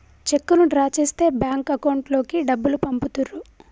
చెక్కును డ్రా చేస్తే bank account లోకి డబ్బులు పంపుతుర్రు